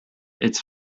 its